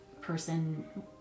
person